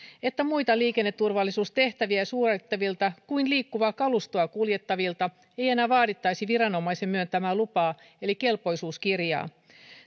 että muita liikenneturvallisuustehtäviä suorittavilta kuin liikkuvaa kalustoa kuljettavilta ei enää vaadittaisi viranomaisen myöntämää lupaa eli kelpoisuuskirjaa